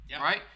right